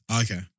Okay